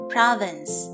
Province